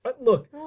Look